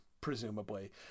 presumably